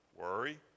worry